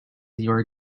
your